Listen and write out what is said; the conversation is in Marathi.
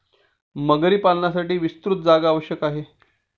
मगरी पालनासाठी विस्तृत जागा आवश्यक आहे